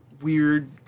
weird